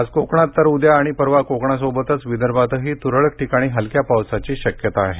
आज कोकणात तर उद्या आणि परवा कोकणासोबतच विदर्भातही तुरळक ठिकाणी हलक्या पावसाची शक्यता आहे